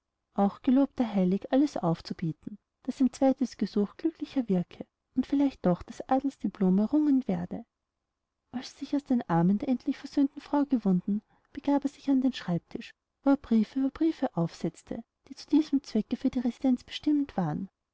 auch gelobt er heilig alles aufzubieten daß ein zweites gesuch glücklicher wirke und vielleicht doch das adelsdiplom noch errungen werde als er sich aus den armen der endlich versöhnten frau gewunden begab er sich an den schreibtisch wo er briefe über briefe aufsetzte die zu diesem zwecke für die residenz bestimmt waren